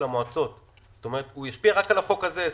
המועצות ישפיע רק על החוק הזה ספציפית?